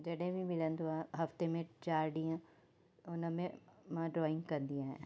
जॾहिं बि मिलंदो आहे हफ़्ते में चारि ॾींहुं उन में मां ड्रॉइंग कंदी आहियां